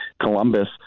Columbus